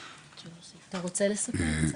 ליבי, אתה רוצה לספר קצת?